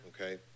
okay